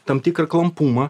tam tikrą klampumą